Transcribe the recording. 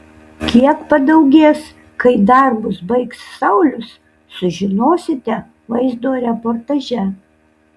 kiek padaugės kai darbus baigs saulius sužinosite vaizdo reportaže